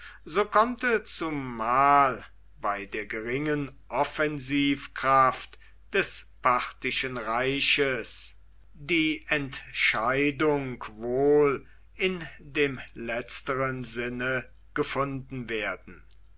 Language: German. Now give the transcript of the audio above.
so konnte zumal bei der geringen offensivkraft des parthischen reiches die entscheidung wohl in dem letzteren sinne gefunden werden